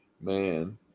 Man